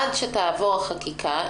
עד שתעבור החקיקה,